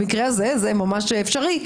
במקרה הזה זה ממש אפשרי.